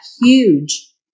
huge